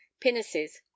pinnaces